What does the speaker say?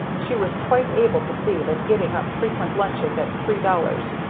she was quite able to see that getting up frequent lunches at three dollars,